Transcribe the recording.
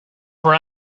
for